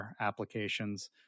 applications